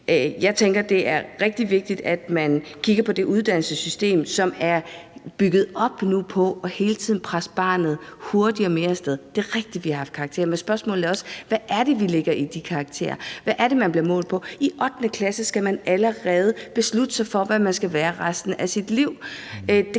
Jeg tænker, at det er rigtig vigtigt, at man kigger på det uddannelsessystem, som nu er bygget op på hele tiden at presse barnet hurtigere af sted. Det er rigtigt, at vi altid har haft karakterer, men spørgsmålet er også: Hvad er det, vi lægger i de karakterer? Hvad er det, man bliver målt på? I 8. klasse skal man allerede beslutte sig for, hvad man skal være resten af sit liv.